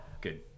good